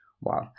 Wow